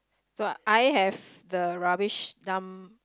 so I have the rubbish dump